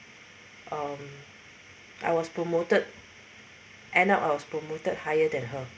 um I was promoted end up I was promoted higher than her